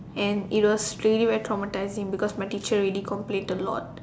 and it was really very traumatising because my teacher really complaint a lot